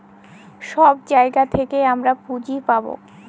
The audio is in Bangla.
সব জায়গা থেকে আমরা পুঁজি পাবো